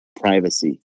privacy